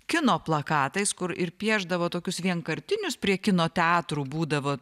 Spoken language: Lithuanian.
kino plakatais kur ir piešdavo tokius vienkartinius prie kino teatrų būdavo